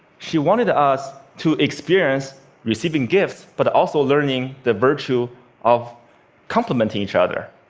she wanted us to experience receiving gifts but also learning the virtue of complimenting each other.